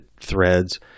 threads